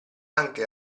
anche